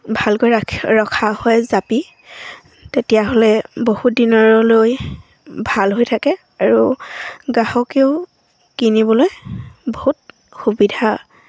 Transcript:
ভালকৈ ৰাখ ৰখা হয় জাপি তেতিয়াহ'লে বহুত দিনলৈ ভাল হৈ থাকে আৰু গ্ৰাহকেও কিনিবলৈ বহুত সুবিধা